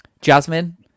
Jasmine